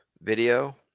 video